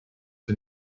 for